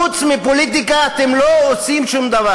חוץ מפוליטיקה אתם לא עושים שום דבר.